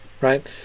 Right